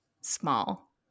small